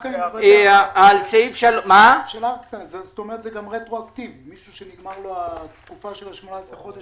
זה גם רטרואקטיבי מישהו שנגמר לו ה-18 חודש.